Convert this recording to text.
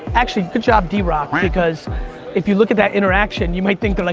actually good job, drock, because if you look at that interaction, you might think they're like